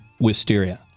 wisteria